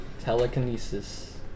telekinesis